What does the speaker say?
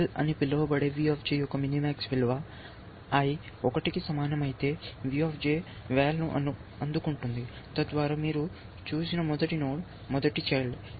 VAL అని పిలవబడేది V యొక్క మినిమాక్స్ విలువ "i" 1 కు సమానం అయితే V VAL ను అందుకుంటుంది తద్వారా మీరు చూసిన మొదటి నోడ్ మొదటి చైల్డ్